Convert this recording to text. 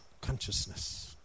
consciousness